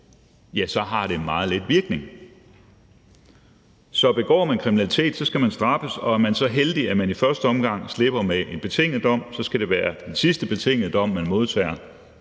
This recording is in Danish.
så har det meget lidt virkning. Så begår man kriminalitet, skal man straffes, og er man så heldig, at man i første omgang slipper med en betinget dom, så skal det være den sidste betingede dom, man modtager.